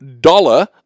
dollar